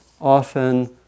often